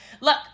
Look